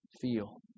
feel